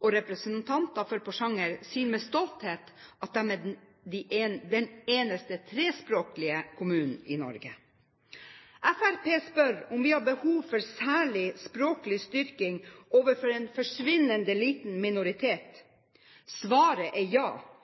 og representanter for Porsanger sier med stolthet at det er den eneste trespråklige kommunen i Norge. Fremskrittspartiet spør om vi har behov for særlig språklig styrking overfor en «forsvinnende liten minoritet». Svaret er ja.